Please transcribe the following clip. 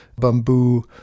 bamboo